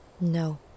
No